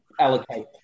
allocate